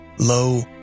Lo